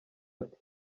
ati